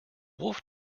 wolf